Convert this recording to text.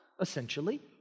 Essentially